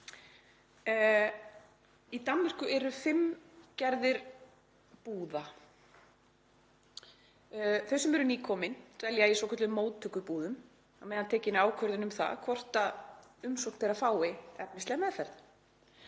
Í Danmörku eru fimm gerðir búða. Þau sem eru nýkomin dvelja í svokölluðum móttökubúðum meðan tekin er ákvörðun um það hvort umsókn þeirra fái efnislega meðferð.